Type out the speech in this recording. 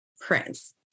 Prince